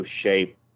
shape